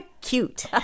cute